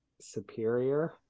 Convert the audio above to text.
superior